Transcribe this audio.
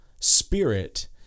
spirit